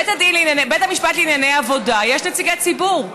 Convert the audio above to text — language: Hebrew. בבית משפט לענייני עבודה יש נציגי ציבור,